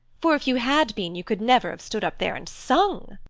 for if you had been, you could never have stood up there and sung.